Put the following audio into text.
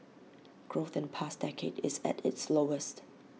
growth in the past decade is at its lowest